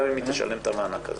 גם אם היא תשלם את המענק הזה.